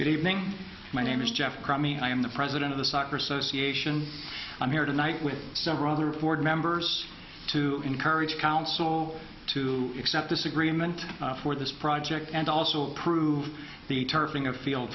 good evening my name is jeff crimea i am the president of the soccer association i'm here tonight with several other board members to encourage council to accept this agreement for this project and also improve the turfing of field